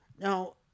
Now